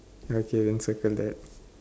okay then circle that